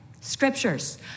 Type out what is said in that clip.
Scriptures